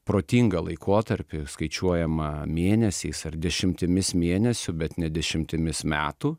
protingą laikotarpį skaičiuojamą mėnesiais ar dešimtimis mėnesių bet ne dešimtimis metų